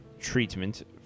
treatment